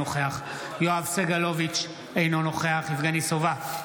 אינו נוכח יואב סגלוביץ' אינו נוכח יבגני סובה,